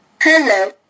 Hello